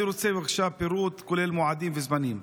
אני רוצה עכשיו פירוט, כולל מועדים וזמנים.